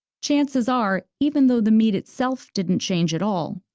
chances are, even though the meat itself didn't change at all,